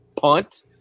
punt